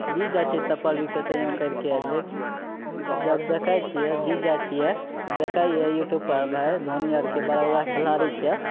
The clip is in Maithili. जीति जाइ छै ताहिपर भी कइसेहिओ करिके लैके जब देखै छिए जीति जाइ छिए तऽ देखै छिए यूट्यूबपर धोनी आओरके बड़ा बड़ा खेलाड़ीके